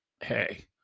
Hey